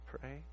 pray